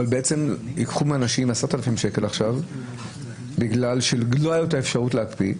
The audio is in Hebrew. אבל ייקחו מאנשים 10,000 שקל בגלל ש- -- את האפשרות להקפיא,